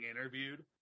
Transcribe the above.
interviewed